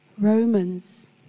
Romans